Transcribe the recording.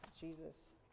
Jesus